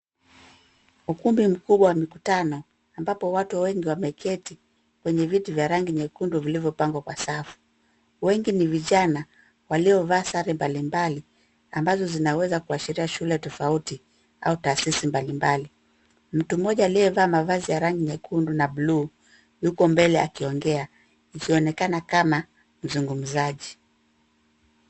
Ukumbi mkuwa wa mikutano, ambapo watu wengi wameketi kwenye viti vya rangi nyekundu, vilivyopangwa kwa safu. Wengi ni vijana waliovaa sare mbali mbali, ambazo zinaweza kuashiria shule tofauti au taasisi mbali mbali. Mtu mmoja aliyevaa mavazi ya rangi nyekundu na blue , yuko mbele akiongea, ikionekana kama mzungumzaji.